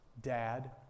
dad